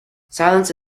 silence